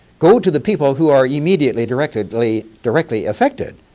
go to the people who are immediately directly directly affected.